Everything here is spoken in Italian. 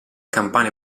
campane